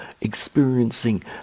experiencing